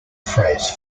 phrase